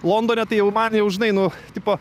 londone tai jau man jau žinai nu tipo